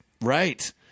Right